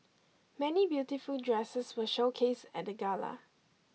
many beautiful dresses were showcased at the gala